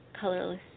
colorless